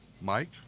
mike